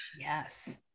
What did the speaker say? Yes